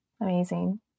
amazing